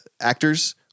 actors